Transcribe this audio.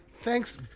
Thanks